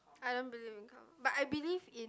I don't believe in karma but I believe in